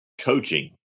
coaching